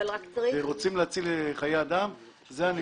זה הנקודה.